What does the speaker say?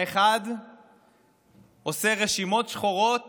האחד עושה רשימות שחורות